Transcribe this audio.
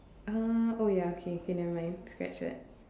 uh oh ya okay okay nevermind scratch that